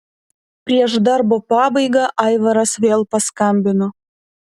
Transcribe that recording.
prieš darbo pabaigą aivaras vėl paskambino